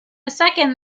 second